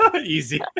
Easy